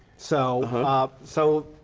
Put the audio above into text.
so so,